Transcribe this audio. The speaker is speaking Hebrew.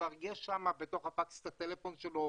בתוך הפקס יש את מספר הטלפון שלו,